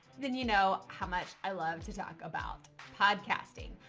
then you know how much i love to talk about podcasting.